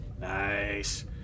Nice